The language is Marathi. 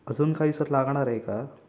अजून काही सर लागणार आहे का